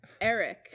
Eric